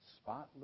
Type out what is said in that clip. spotless